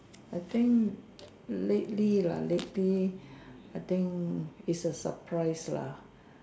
I think lately lah lately lah I think is a surprise lah